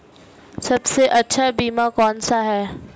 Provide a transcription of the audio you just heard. सबसे अच्छा बीमा कौनसा है?